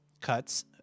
cuts